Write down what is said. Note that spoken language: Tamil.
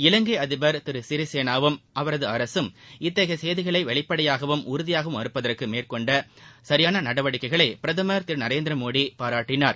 இலங்கை அதிபா் திரு சிறிசேனாவும் அவரது அரசும் இத்தகைய செய்திகளை வெளிப்படையாகவும் உறுதியாகவும் மறுப்பதற்கு மேற்கொண்ட சரியான நடவடிக்கைகளை பிரதமர் திரு நரேந்திரமோடி பாராட்டினார்